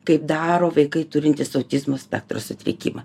kaip daro vaikai turintys autizmo spektro sutrikimą